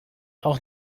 auch